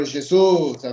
Jesus